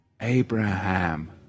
Abraham